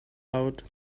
out